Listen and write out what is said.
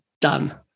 done